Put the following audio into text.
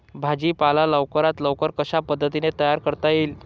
भाजी पाला लवकरात लवकर कशा पद्धतीने तयार करता येईल?